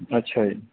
ਅੱਛਾ ਜੀ